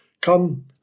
Come